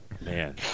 Man